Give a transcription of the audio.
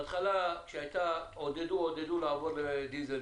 בהתחלה עודדו לעבור לדיזל,